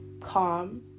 calm